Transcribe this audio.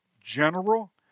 general